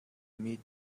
meet